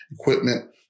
equipment